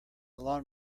lawn